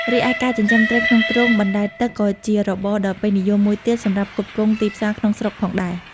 រីឯ ការចិញ្ចឹមត្រីក្នុងទ្រុងបណ្ដែតទឹកក៏ជារបរដ៏ពេញនិយមមួយទៀតសម្រាប់ផ្គត់ផ្គង់ទីផ្សារក្នុងស្រុកផងដែរ។